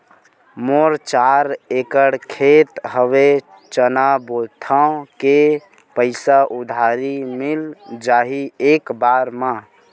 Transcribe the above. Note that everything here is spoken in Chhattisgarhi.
मोर चार एकड़ खेत हवे चना बोथव के पईसा उधारी मिल जाही एक बार मा?